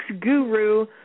guru